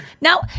now